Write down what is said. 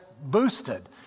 boosted